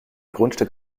grundstück